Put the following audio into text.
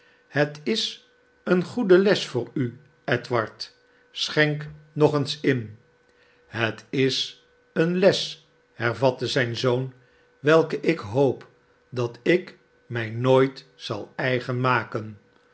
het is eene goede les voor u edward schenk nog eens in het is eene les hervatte zijn zoon welke ik hoop dat ik mij nooit zal eigen maken